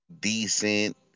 decent